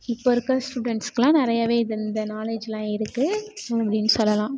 இப்போ இருக்கிற ஸ்டூடெண்ட்ஸ்க்குலாம் நிறையவே இது இந்த நாலெட்ஜ்லாம் இருக்குது அப்படின்னு சொல்லலாம்